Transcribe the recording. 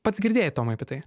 pats girdėjai tomai apie tai